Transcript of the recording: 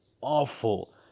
awful